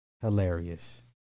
Hilarious